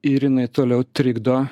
irinai toliau trikdo